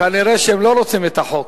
כנראה הם לא רוצים את החוק.